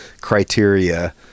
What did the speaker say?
criteria